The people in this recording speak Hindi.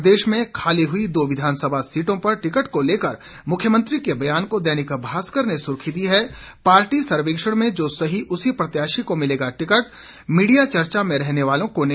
प्रदेश में खाली हुई दो विधानसभा सीटों पर टिकट को लेकर मुख्यमंत्री के बयान को दैनिक भास्कर ने सुर्खी दी है पार्टी सर्वेक्षण में जो सही उसी प्रत्याशी को मिलेगा टिकट मीडिया चर्चा में रहने वाले को नहीं